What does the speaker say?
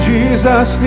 Jesus